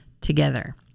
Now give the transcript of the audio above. together